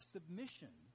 Submission